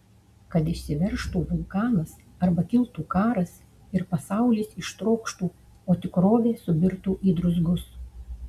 kad išsiveržtų vulkanas arba kiltų karas ir pasaulis ištrokštų o tikrovė subirtų į druzgus